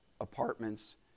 apartments